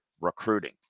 recruiting